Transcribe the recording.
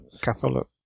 Catholic